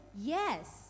yes